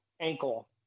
ankle